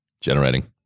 Generating